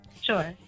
Sure